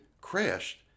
crashed